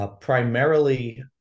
Primarily